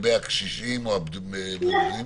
לגבי הקשישים או הבודדים.